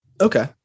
Okay